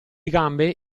gambe